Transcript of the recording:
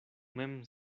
mem